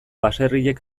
baserriek